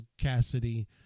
Cassidy